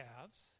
calves